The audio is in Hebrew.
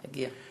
יגיע.